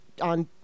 on